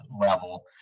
level